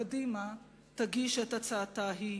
קדימה תגיש את הצעתה שלה.